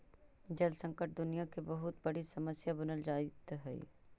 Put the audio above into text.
जल संकट दुनियां के बहुत बड़ी समस्या बनल जाइत हई